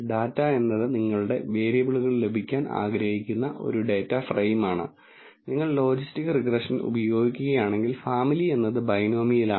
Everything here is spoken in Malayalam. ഡാറ്റ എന്നത് നിങ്ങളുടെ വേരിയബിളുകൾ ലഭിക്കാൻ ആഗ്രഹിക്കുന്ന ഒരു ഡാറ്റ ഫ്രെയിമാണ് നിങ്ങൾ ലോജിസ്റ്റിക് റിഗ്രഷൻ ഉപയോഗിക്കുകയാണെങ്കിൽ ഫാമിലി എന്നത് ബെനോമിയലാണ്